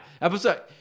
episode